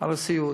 על הסיעוד,